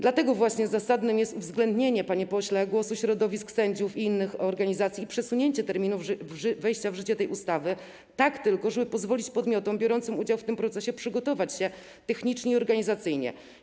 Dlatego właśnie zasadne jest uwzględnienie, panie pośle, głosu środowisk sędziów i innych organizacji oraz przesunięcie terminów wejścia w życie tej ustawy, tak żeby pozwolić podmiotom biorącym udział w tym procesie na przygotowanie się pod względem technicznym i organizacyjnym.